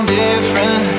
different